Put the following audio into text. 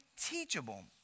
teachable